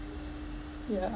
yeah